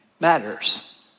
Matters